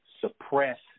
suppress